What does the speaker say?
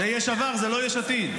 זה יש עבר, זה לא יש עתיד.